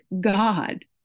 God